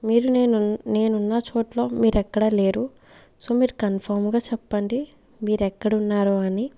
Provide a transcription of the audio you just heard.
మీరు నేను నేనున్న చోటులో మీరెక్కడ లేరు సో మీరు కన్ఫామ్ గా చెప్పండి మీరెక్కడున్నారో అని